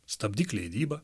stabdyk leidybą